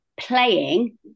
playing